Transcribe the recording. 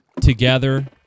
together